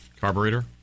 Carburetor